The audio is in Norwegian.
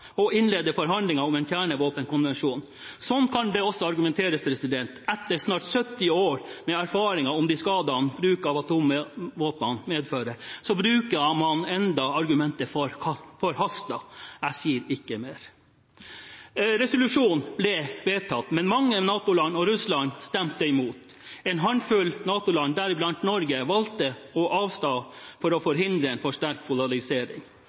å innlede forhandlinger om en kjernevåpenkonvensjon. Slik kan det også argumenteres. Etter snart 70 år med erfaringer om de skadene bruk av atomvåpen medfører, bruker man ennå argumentet forhastet. Jeg sier ikke mer. Resolusjonen ble vedtatt, men mange NATO-land og Russland stemte imot. En håndfull NATO-land, deriblant Norge, valgte å avstå for å forhindre en for sterk polarisering.